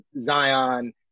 Zion